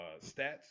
stats